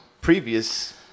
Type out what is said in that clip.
previous